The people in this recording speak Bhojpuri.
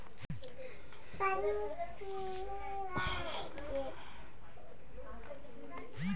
जाड़ा मे तिल्ली क लड्डू खियावल जाला